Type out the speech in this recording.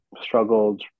struggled